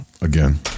again